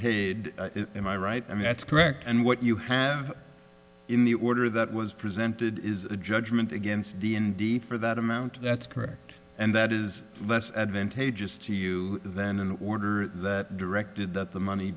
paid in my right i mean that's correct and what you have in the order that was presented is a judgment against d n d for that amount that's correct and that is less advantageous to you than an order that directed that the money